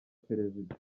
perezida